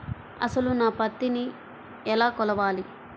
అసలు నా పత్తిని ఎలా కొలవాలి?